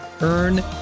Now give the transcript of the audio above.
Earn